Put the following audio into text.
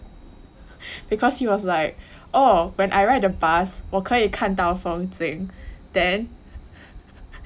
because he was like oh when I ride a bus 我可以看到风景 then